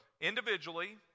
individually